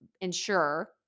ensure